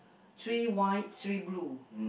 three white three blue